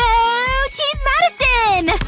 team madison! uhhhh